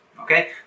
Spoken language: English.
Okay